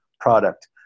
product